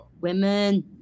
women